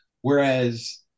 whereas